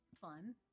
Fun